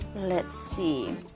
let's see,